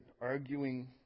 arguing